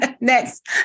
Next